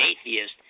atheist